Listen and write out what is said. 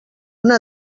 una